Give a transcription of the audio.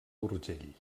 urgell